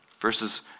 Verses